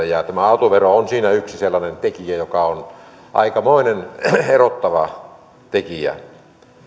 ja tämä autovero on siinä yksi sellainen tekijä joka on aikamoinen erottava tekijä